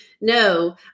No